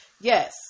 Yes